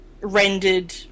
rendered